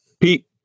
Pete